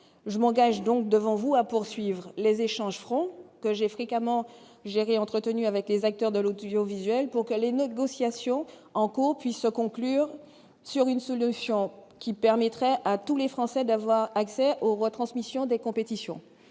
je m'engage donc devant vous à poursuivre les échanges francs que j'ai fréquemment gérés, entretenus avec les acteurs de l'audiovisuel pour que les négociations en cours puisse se conclure sur une solution qui permettrait à tous les Français d'avoir accès aux retransmissions des compétitions,